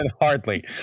Hardly